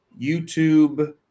YouTube